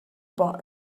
bar